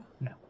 No